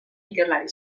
ikerlariek